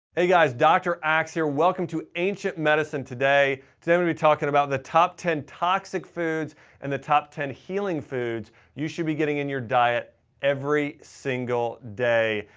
hey, guys, dr. axe here. welcome to ancient medicine today. today we're going to be talking about the top ten toxic foods and the top ten healing foods you should be getting in your diet every single day.